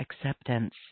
acceptance